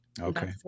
Okay